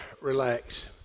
relax